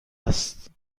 است